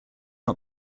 not